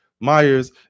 myers